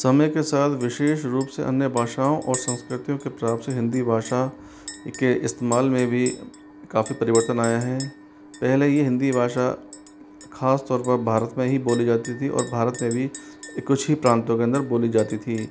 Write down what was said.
समय के साथ विशेष रूप से अन्य भाषाओं और संस्कृतियों के प्रभाव से हिंदी भाषा के इस्तेमाल में भी काफ़ी परिवर्तन आया है पहले ये हिंदी भाषा खासतौर पर भारत में ही बोली जाती थी और भारत में भी कुछ ही प्रांतों के अंदर बोली जाती थी